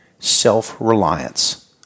Self-reliance